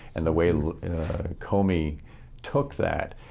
and the way comey took that.